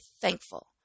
thankful